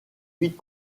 vite